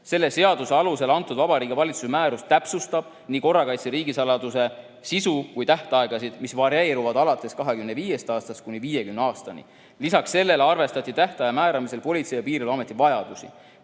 Selle seaduse alusel antud Vabariigi Valitsuse määrus täpsustab nii korrakaitse riigisaladuse sisu kui ka tähtaegasid, mis varieeruvad 25 aastast kuni 50 aastani. Lisaks sellele arvestati tähtaja määramisel Politsei- ja Piirivalveameti vajadusi.